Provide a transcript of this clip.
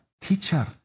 teacher